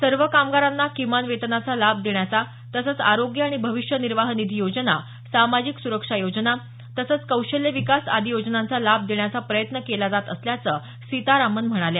सर्व कामगारांना किमान वेतनाचा लाभ देण्याचा तसंच आरोग्य आणि भविष्य निर्वाह निधी योजना सामाजिक सुरक्षा योजना तसंच कौशल्य विकास आदी योजनांचा लाभ देण्याचा प्रयत्न केला जात असल्याचं सीतारामन म्हणाल्या